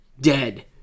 dead